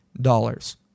dollars